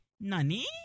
Nani